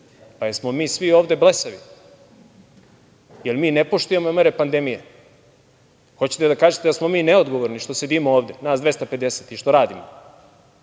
li smo svi mi ovde blesavi? Da li mi ne poštujemo mere pandemije? Hoćete da kaže da smo mi neodgovorni što sedimo ovde, nas 250 i što radimo?